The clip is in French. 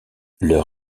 leur